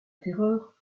terreur